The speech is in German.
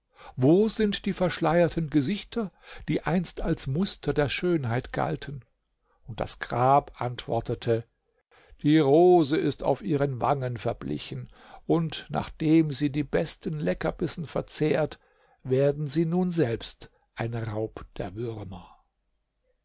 wo sind die verschleierten gesichter die einst als muster der schönheit galten und das grab antwortete die rose ist auf ihren wangen verblichen und nachdem sie die besten leckerbissen verzehrt werden sie nun selbst ein raub der würmer